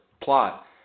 plot